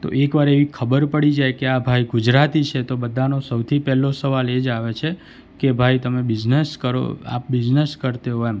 તો એક વાર એવી ખબર પડી જાય કે આ ભાઈ ગુજરાતી છે તો બધાંનો સૌથી પહેલો સવાલ એ જ આવે છે કે ભાઈ તમે બિઝનસ કરો આપ બિઝનેસ કરતે હો એમ